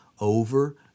over